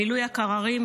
מילוי הקררים,